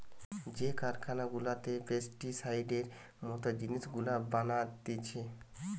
যে কারখানা গুলাতে পেস্টিসাইডের মত জিনিস গুলা বানাতিছে